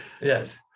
yes